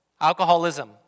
Alcoholism